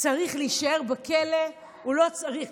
צריך להישאר בכלא, הוא לא צריך